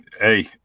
Hey